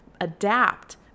adapt